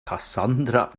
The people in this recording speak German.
cassandra